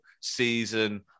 season